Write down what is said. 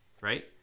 right